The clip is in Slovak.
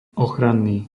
ochranný